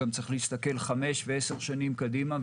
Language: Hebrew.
גם צריך להסתכל חמש ו-10 שנים קדימה,